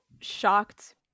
shocked